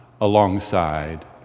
alongside